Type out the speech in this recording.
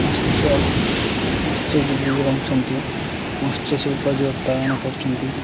ମତ୍ସ୍ୟ ମତ୍ସ୍ୟଜୀବି ରହୁଁଛନ୍ତି ମତ୍ସ୍ୟଶିଳ୍ପ ଯିଏ ଉତ୍ପାଦନ କରୁଛନ୍ତି